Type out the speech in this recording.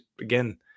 again